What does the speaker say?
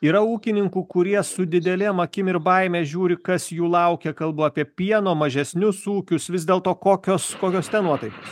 yra ūkininkų kurie su didelėm akim ir baime žiūri kas jų laukia kalbu apie pieno mažesnius ūkius vis dėlto kokios kokios ten nuotaikos